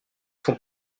font